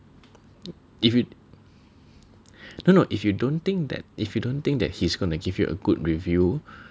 if it no no if you don't think that if you don't think that he's gonna give you a good review